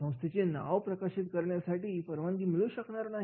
संस्थेचे नाव प्रकाशित करण्यासाठी परवानगी मिळू शकणार नाही